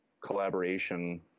collaboration